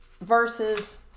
versus